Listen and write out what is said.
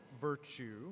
virtue